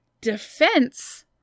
defense